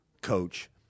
coach